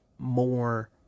more